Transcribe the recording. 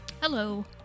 Hello